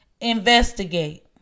Investigate